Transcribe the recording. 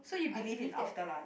I believe that